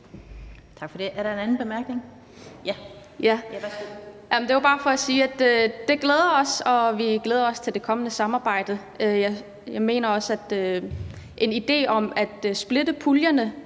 det glæder os, og vi glæder os til det kommende samarbejde. Jeg mener også, at en idé om at splitte puljerne,